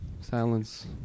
Silence